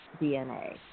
DNA